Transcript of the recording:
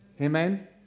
Amen